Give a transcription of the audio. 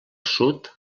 sud